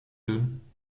doen